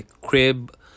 crib